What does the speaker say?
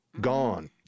Gone